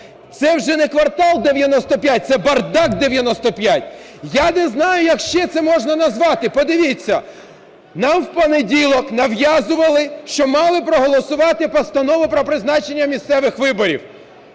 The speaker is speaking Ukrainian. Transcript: Це вже не "Квартал-95" - це "бардак-95". Я не знаю, як ще це можна назвати! Подивіться, нам в понеділок нав'язували, що мали проголосувати постанову про призначення місцевих виборів,